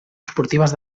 esportives